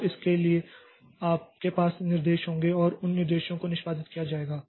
तो इसके लिए आपके पास निर्देश होंगे और उन निर्देशों को निष्पादित किया जाएगा